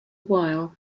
while